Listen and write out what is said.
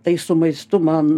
tai su maistu man